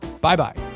Bye-bye